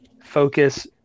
focus